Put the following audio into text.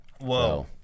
Whoa